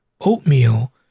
oatmeal